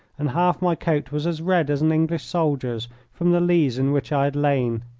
and half my coat was as red as an english soldier's from the lees in which i had lain.